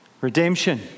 Redemption